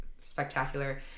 spectacular